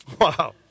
Wow